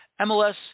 MLS